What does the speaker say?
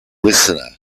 listener